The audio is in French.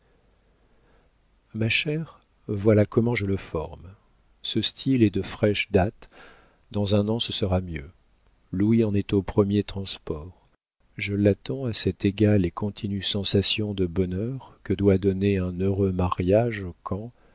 ma chère voilà comment je le forme ce style est de fraîche date dans un an ce sera mieux louis en est aux premiers transports je l'attends à cette égale et continue sensation de bonheur que doit donner un heureux mariage quand